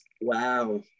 Wow